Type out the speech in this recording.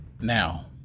now